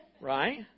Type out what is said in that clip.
Right